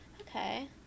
Okay